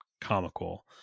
comical